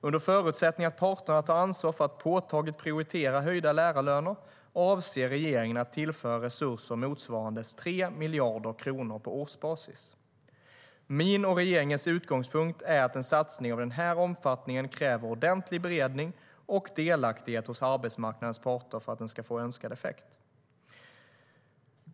Under förutsättning att parterna tar ansvar för att påtagligt prioritera höjda lärarlöner avser regeringen att tillföra resurser motsvarande 3 miljarder kronor på årsbasis. Min och regeringens utgångspunkt är att en satsning av den här omfattningen kräver ordentlig beredning och delaktighet hos arbetsmarknadens parter för att den ska få önskad effekt.